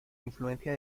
influencia